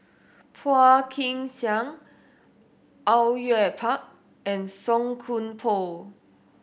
Phua Kin Siang Au Yue Pak and Song Koon Poh